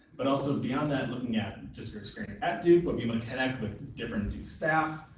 but also beyond that looking at just your experience at duke, what we want to connect with different duke staff,